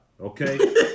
okay